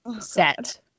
set